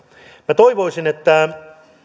minä toivoisin että joku